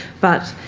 but